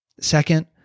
Second